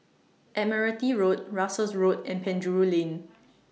Admiralty Road Russels Road and Penjuru Lane